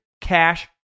cash